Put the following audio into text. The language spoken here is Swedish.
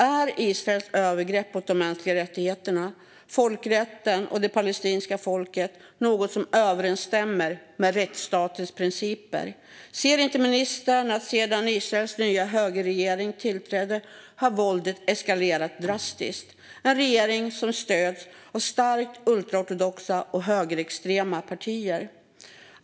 Är Israels övergrepp mot de mänskliga rättigheterna, folkrätten och det palestinska folket något som överensstämmer med rättsstatens principer? Ser inte ministern att sedan Israels nya högerregering tillträdde har våldet eskalerat drastiskt? Det är en regering som stöds av starkt ultraortodoxa och högerextrema partier.